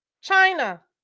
China